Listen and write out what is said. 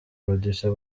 producer